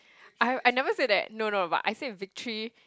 I I never say that no no but I say victory